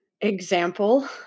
example